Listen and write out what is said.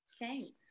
Thanks